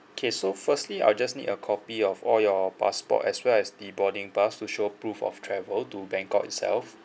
okay so firstly I'll just need a copy of all your passport as well as the boarding pass to show proof of travel to bangkok itself